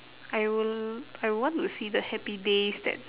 I will I want to see the happy days that